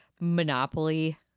Monopoly